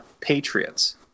patriots